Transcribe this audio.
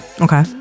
Okay